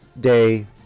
day